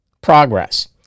progress